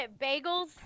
Bagels